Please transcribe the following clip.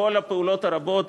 וכל הפעולות הרבות,